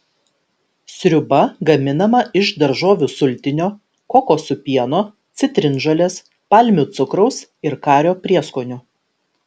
sriuba gaminama iš daržovių sultinio kokosų pieno citrinžolės palmių cukraus ir kario prieskonių